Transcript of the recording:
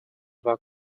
war